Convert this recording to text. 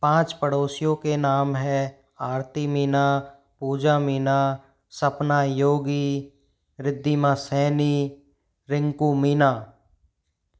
पाँच पड़ोसियों के नाम है आरती मीना पूजा मीना सपना योगी रिद्धिमा सहनी रिंकु मीना